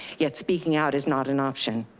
yet speaking out is not an option.